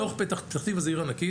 בתוך, פתח תקווה זו עיר ענקית?